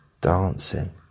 dancing